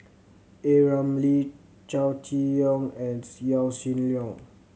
A Ramli Chow Chee Yong and Yaw Shin Leong